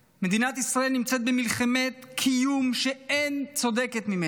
מדינת ישראל נמצאת במלחמת קיום שאין צודקת ממנה.